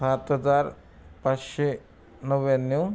सात हजार पाचशे नव्याण्णव